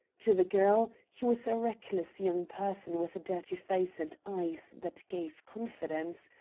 to the girl, he was a reckless young person with a dirty face and eyes that gave confidence.